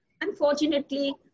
Unfortunately